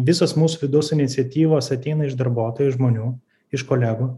visos mūsų vidaus iniciatyvos ateina iš darbuotojų iš žmonių iš kolegų